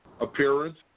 appearance